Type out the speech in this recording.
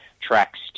tracks